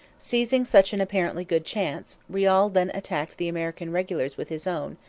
seizing such an apparently good chance, riall then attacked the american regulars with his own,